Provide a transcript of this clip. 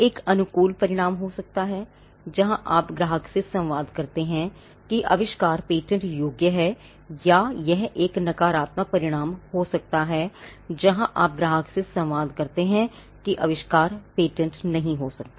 एक यह एक अनुकूल परिणाम हो सकता है जहाँ आप ग्राहक से संवाद करते हैं कि आविष्कार पेटेंट योग्य है या यह एक नकारात्मक परिणाम हो सकता है जहां आप ग्राहक से संवाद करते है कि आविष्कार पेटेंट नहीं हो सकता है